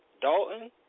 Dalton